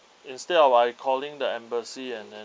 instead of I calling the embassy and then